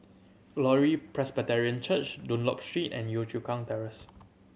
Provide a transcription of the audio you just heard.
Glory Presbyterian Church Dunlop Street and Yio Chu Kang Terrace